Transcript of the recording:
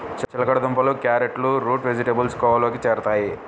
చిలకడ దుంపలు, క్యారెట్లు రూట్ వెజిటేబుల్స్ కోవలోకి చేరుతాయి